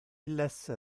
illes